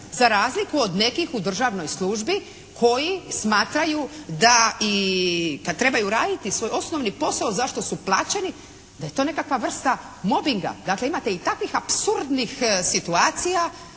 za razliku od nekih u državnoj službi koji smatraju da trebaju raditi svoj osnovni posao za što su plaćeni, da je to nekakva vrsta mobinga. Dakle, imate i takvih apsurdnih situacija